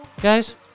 guys